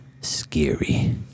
scary